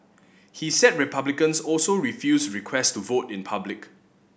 he said Republicans also refused request to vote in public